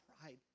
pride